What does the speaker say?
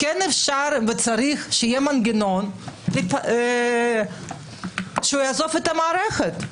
כן אפשר וצריך שיהיה מנגנון שהוא יעזוב את המערכת.